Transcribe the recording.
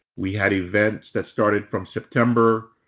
we had events that started from september.